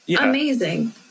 amazing